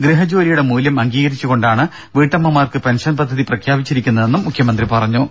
ഗൃഹജോലിയുടെ മൂല്യം അംഗീകരിച്ചു കൊണ്ടാണ് വീട്ടമ്മമാർക്ക് പെൻഷൻ പദ്ധതി പ്രഖ്യാപിച്ചിരിക്കുന്നതെന്നും മുഖ്യമന്ത്രി പറഞ്ഞു